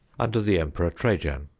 under the emperor trajan.